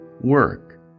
work